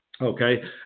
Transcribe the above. Okay